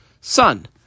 son